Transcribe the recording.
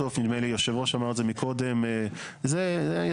בסוף, נדמה לי היושב-ראש אמר את זה מקודם.